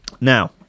Now